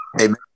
Amen